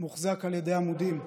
מוחזק על ידי העמודים.